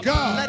God